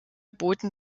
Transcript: boten